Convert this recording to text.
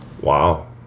Wow